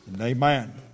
amen